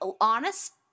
honest